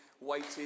waited